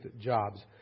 jobs